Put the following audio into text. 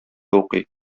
укый